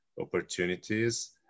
opportunities